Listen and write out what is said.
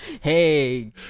Hey